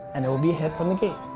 and it will be a hit from the gate.